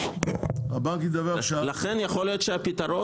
הבנק ידווח שהלקוח